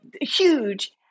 huge